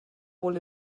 wohl